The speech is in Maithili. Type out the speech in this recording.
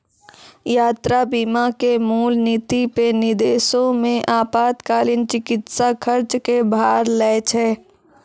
यात्रा बीमा के मूल नीति पे विदेशो मे आपातकालीन चिकित्सा खर्च के भार लै छै